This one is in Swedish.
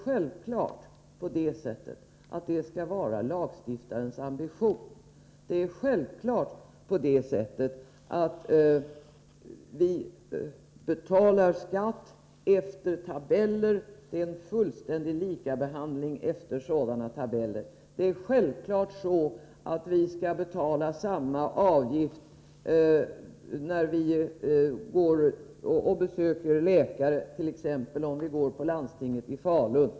Självfallet skall det vara lagstiftarens ambition. Det är självklart att vi betalar 33 skatt efter tabeller och att det i det avseendet är en fullständig likabehandling. Det är självfallet också så att vi skall betala samma avgift när vi besöker en läkare, t.ex. inom landstinget i Falun.